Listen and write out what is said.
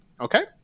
okay